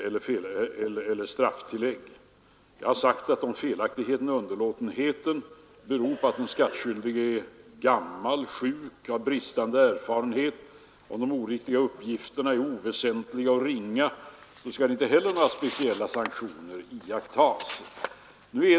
Om felaktigheten eller underlåtenheten beror på att den skattskyldige är gammal eller sjuk eller har bristande erfarenhet eller om de oriktiga uppgifterna är oväsentliga och ringa, så skall inga speciella sanktioner företas.